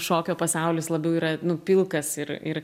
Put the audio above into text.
šokio pasaulis labiau yra nu pilkas ir ir